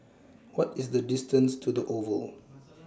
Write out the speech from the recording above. What IS The distance to The Oval